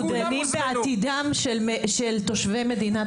אנחנו דנים בעתידם של תושבי מדינת